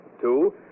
Two